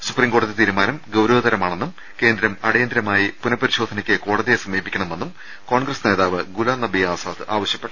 supreme കോടതി തീരുമാനം ഗൌരവതരമാ ണെന്നും കേന്ദ്രം അടിയന്തരമായി പുനഃപരിശോധനയ്ക്ക് കോടതിയെ സമീപിക്കണമെന്നും കോൺഗ്രസ് നേതാവ് ഗുലാംനബി ആസാദ് ആവ ശ്യപ്പെട്ടു